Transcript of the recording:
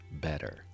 better